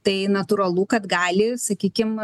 tai natūralu kad gali sakykim